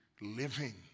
living